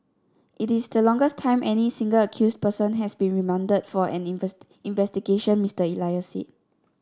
it is the longest time any single accused person has been remanded for an investigation Mr Elias said